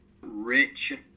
rich